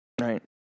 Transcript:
right